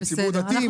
-- ציבור דתי,